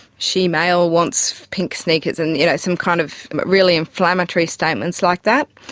shemale wants pink sneakers, and you know some kind of really inflammatory statements like that.